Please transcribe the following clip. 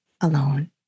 alone